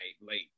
late